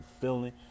feeling